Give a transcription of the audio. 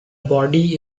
body